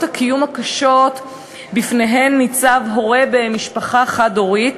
הקיום הקשות שבפניהן ניצב הורה במשפחה חד-הורית.